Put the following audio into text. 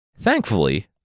Thankfully